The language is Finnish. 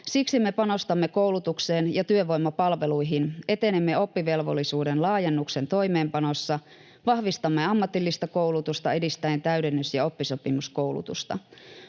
Siksi me panostamme koulutukseen ja työvoimapalveluihin, etenemme oppivelvollisuuden laajennuksen toimeenpanossa, vahvistamme ammatillista koulutusta edistäen täydennys- ja oppisopimuskoulutusta.